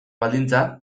baldintza